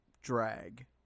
drag